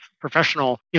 professional